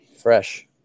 Fresh